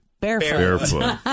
Barefoot